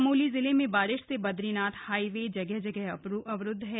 चमोली जिले में बारिश से बद्रीनाथ हाईवे जगह जगह अवरुदध हैं